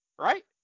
right